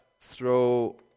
throw